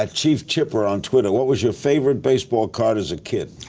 ah chefchipper on twitter what was you favorite baseball card as a kid?